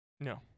No